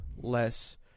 less